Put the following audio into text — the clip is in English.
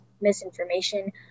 misinformation